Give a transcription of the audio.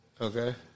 Okay